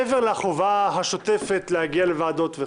מעבר לחובה השוטפת להגיע לוועדות.